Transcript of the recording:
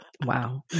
Wow